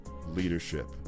leadership